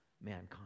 mankind